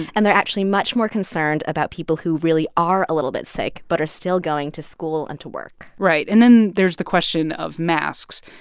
and they're actually much more concerned about people who really are a little bit sick but are still going to school and to work right. and then there's the question of masks.